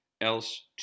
else